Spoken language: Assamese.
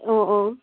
অঁ অঁ